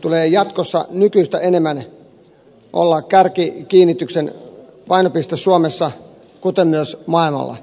tulee jatkossa nykyistä enemmän olla kärki huomion kiinnityksen painopiste suomessa kuten myös maailmalla